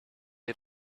had